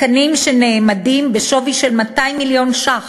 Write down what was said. תקנים שנאמדים בשווי של 200 מיליון ש"ח,